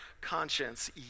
conscience